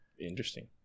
Interesting